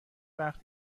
وقت